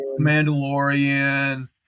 Mandalorian